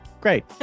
Great